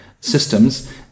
systems